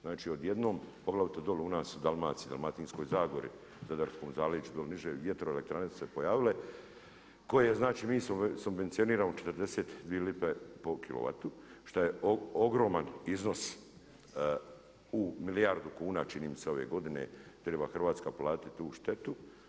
Znači od jednom, poglavito dolje u nas u Dalmaciji, Dalmatinskoj zagori, Zadarskom zaleđu, dolje niže, vjetroelektrane su se pojavile koje znači mi subvencioniram 42 lipe po kilovatu šta je ogroman iznos u milijardu kuna čini mi se ove godine treba Hrvatska platiti tu štetu.